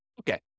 Okay